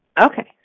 Okay